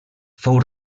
fou